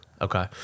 Okay